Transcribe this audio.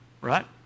Right